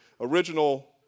original